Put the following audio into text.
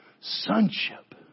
sonship